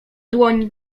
dłoń